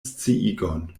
sciigon